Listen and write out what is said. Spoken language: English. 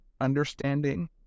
understanding